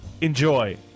Enjoy